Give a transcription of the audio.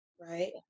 right